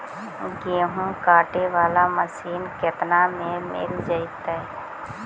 गेहूं काटे बाला मशीन केतना में मिल जइतै?